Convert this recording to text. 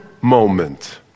moment